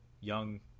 young